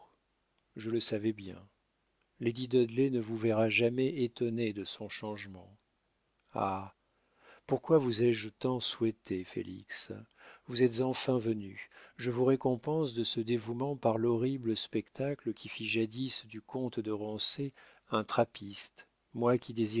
je le savais bien lady dudley ne vous verra jamais étonné de son changement ah pourquoi vous ai-je tant souhaité félix vous êtes enfin venu je vous récompense de ce dévouement par l'horrible spectacle qui fit jadis du comte de rancé un trappiste moi qui